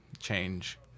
change